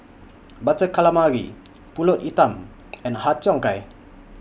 Butter Calamari Pulut Hitam and Har Cheong Gai